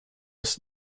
ist